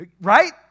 right